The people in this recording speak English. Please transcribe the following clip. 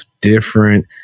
different